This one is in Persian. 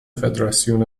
فدراسیون